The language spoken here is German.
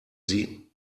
sie